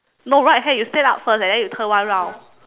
no right hand you stand up first and then you turn one round